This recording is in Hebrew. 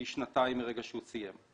הוא שנתיים מרגע שהוא סיים.